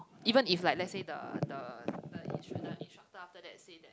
even if like lets say the the the the instructor after that say that